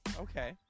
Okay